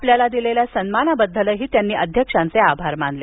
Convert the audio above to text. आपल्याला दिलेल्या सन्मानाबद्दलही त्यांनी अध्यक्षांचे आभार मानले